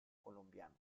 colombiano